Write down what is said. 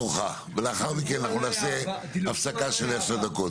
תורך, ולאחר מכן אנחנו נעשה הפסקה של עשר דקות.